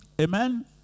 Amen